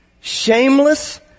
shameless